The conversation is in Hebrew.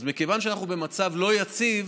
אז מכיוון שאנחנו במצב לא יציב,